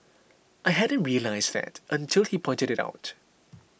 I hadn't realised that until he pointed it out